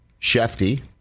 Shefty